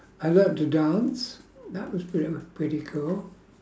I learnt to dance that was pret~ pretty cool